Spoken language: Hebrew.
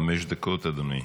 חמש דקות, אדוני.